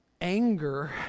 Anger